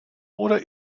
oder